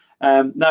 Now